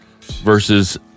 versus